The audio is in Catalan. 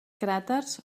cràters